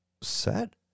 Set